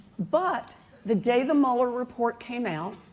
but the day the muller report came out,